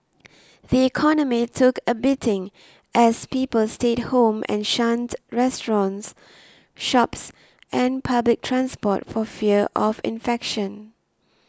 the economy took a beating as people stayed home and shunned restaurants shops and public transport for fear of infection